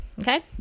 okay